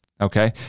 okay